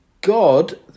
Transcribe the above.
god